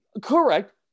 Correct